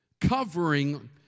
covering